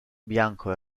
bianco